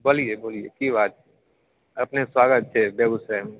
हंँ बोलिए बोलिए की बात अपनेके स्वागत छै बेगूसरायमे